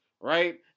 right